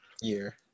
year